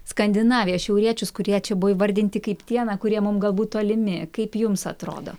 skandinaviją šiauriečius kurie čia buvo įvardinti kaip tie kurie mum galbūt tolimi kaip jums atrodo